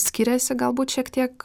skiriasi galbūt šiek tiek